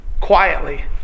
quietly